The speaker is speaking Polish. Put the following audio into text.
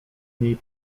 niej